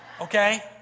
Okay